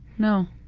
no.